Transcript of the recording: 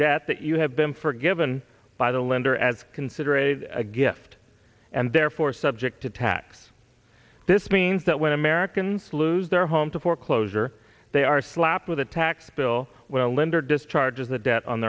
debt that you have been forgiven by the lender as consider a a gift and therefore subject to tax this means that when americans lose their home to foreclosure they are slapped with a tax bill well linder discharges the debt on